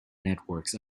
networks